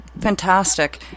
Fantastic